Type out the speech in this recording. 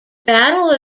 battle